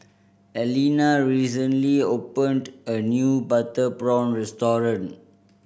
Alena recently opened a new butter prawn restaurant